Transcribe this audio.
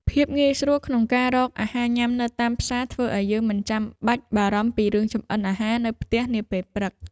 ភាពងាយស្រួលក្នុងការរកអាហារញ៉ាំនៅតាមផ្សារធ្វើឱ្យយើងមិនចាំបាច់បារម្ភពីរឿងចំអិនអាហារនៅផ្ទះនាពេលព្រឹក។